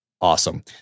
awesome